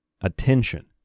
attention